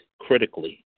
critically